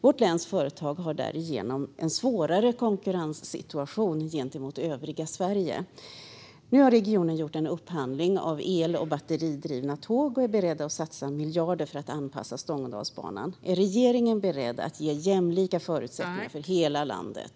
Vårt läns företag har därigenom en svårare konkurrenssituation gentemot övriga Sverige. Nu har regionen gjort en upphandling av el och batteridrivna tåg och är beredd att satsa miljarder för att anpassa Stångådalsbanan. Är regeringen beredd att ge jämlika förutsättningar för hela landet?